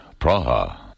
Praha